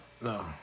No